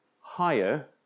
higher